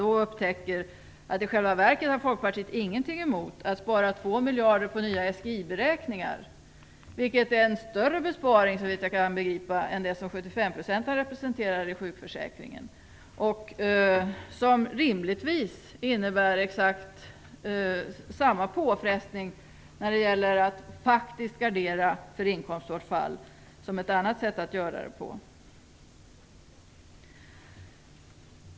Man upptäcker då att Folkpartiet i själva verket inte har någonting emot att spara 2 miljarder på nya SGI-beräkningar, vilket såvitt jag kan begripa är en större besparing än vad sänkningen till 75 % i sjukförsäkringen representerar. Det innebär rimligtvis exakt samma påfrestning när det gäller att faktiskt gardera för inkomstbortfall på ett annat sätt.